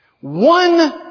One